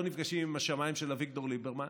נפגשים עם השמיים של אביגדור ליברמן.